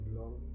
long